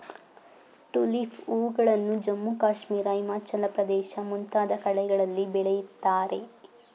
tulip ಹೂಗಳನ್ನು ಜಮ್ಮು ಕಾಶ್ಮೀರ, ಹಿಮಾಚಲ ಪ್ರದೇಶ ಮುಂತಾದ ಕಡೆಗಳಲ್ಲಿ ಬೆಳಿತಾರೆ